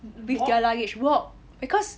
with their luggage walk because